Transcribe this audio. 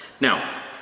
Now